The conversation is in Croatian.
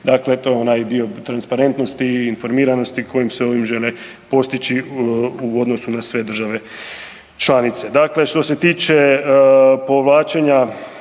dakle to je onaj dio transparentnosti i informiranosti kojim se ovim žele postići u odnosu na sve države članice. Dakle, što se tiče povlačenja,